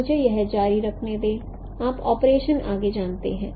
तो मुझे यह जारी रखने दें आप ऑपरेशन आगे जानते हैं